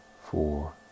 four